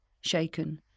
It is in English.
shaken